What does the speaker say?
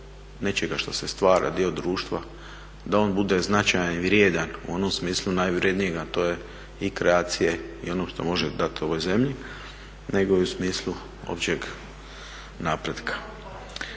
nečega što se stvara, dio društva, da on bude značajan i vrijedan u onom smislu najvrednijeg a to je i kreacije i ono što može dati ovoj zemlji nego i u smislu općeg napretka.